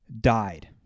died